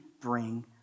bring